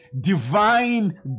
divine